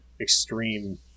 extreme